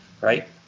right